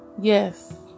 yes